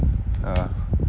(uh huh)